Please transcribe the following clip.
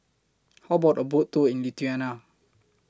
How about A Boat Tour in Lithuania